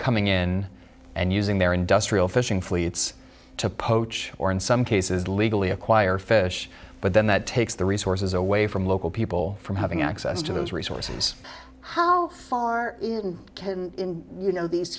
coming in and using their industrial fishing fleets to poach or in some cases legally acquire fish but then that takes the resources away from local people from having access to those resources how far can you know these